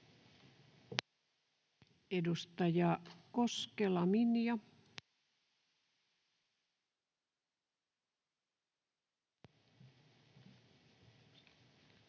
Edustaja Koskela, Minja.